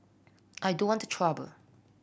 I don't want trouble